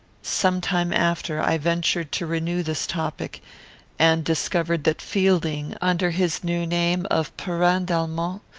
some time after, i ventured to renew this topic and discovered that fielding, under his new name of perrin d'almont,